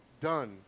done